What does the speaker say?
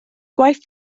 gwaith